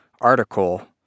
article